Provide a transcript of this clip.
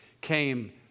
came